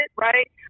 right